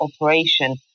operation